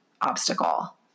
obstacle